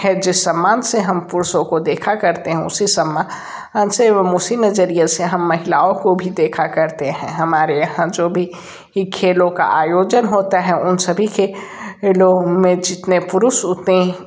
है जिस सम्मान से हम पुरुषों को देखा करते है उसी सम्मान से एवं उसी नजरिए से हम महिलाओं को भी देखा करते है हमारे यहाँ जो भी ये खेलों का आयोजन होता है उन सभी के लोग में जितने पुरुष उतने ही